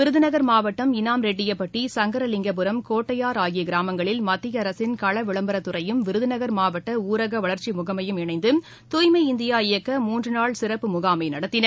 விருதுநகர் மாவட்டம் இனாம்ரெட்டியபட்டி சங்கரலிங்கபுரம் கோட்டையர் ஆகியகிராமங்களில் மத்தியஅரசின் கள விளம்பரத் துறையும் விருதுநகர் மாவட்டஊரகவளர்ச்சிமுகமையும் இணைந்து தூய்மை இந்தியா இயக்க மூன்றுநாள் சிறப்பு முகாமைநடத்தியன